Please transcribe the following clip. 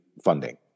funding